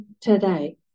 today